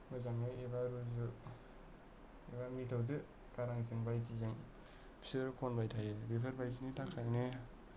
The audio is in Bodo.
मोजाङै एबा रुजु एबा मिलौदो गारांजों बायदिजों बिसोर खनबाय थायो बेफोरबायदिनि थाखायनो